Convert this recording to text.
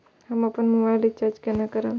हम अपन mobile recharge केना करब?